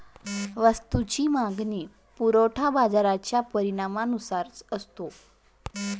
वस्तूची मागणी व पुरवठा बाजाराच्या परिणामानुसार असतो